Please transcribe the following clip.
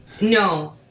No